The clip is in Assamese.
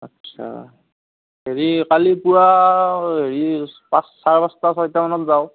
আচ্ছা হেৰি কালি পুৱা হেৰি পাঁচ চাৰে পাঁচটা ছয়টা মানত যাওঁ